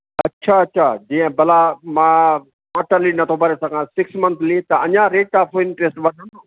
अच्छा अच्छा जीअं भला मां क्वार्टरली नथो भरे सघां सिक्स मंथली त अञा रेट ऑफ इंट्रस्ट वधंदो